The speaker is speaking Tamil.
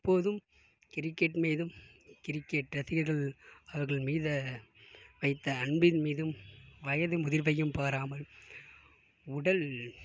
தற்போபோதும் கிரிக்கெட் மீதும் கிரிக்கெட் ரசிகர்கள் அவர்கள் மீது வைத்த அன்பின் மீதும் வயது முதிர்வையும் பாராமல் உடல்